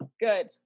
Good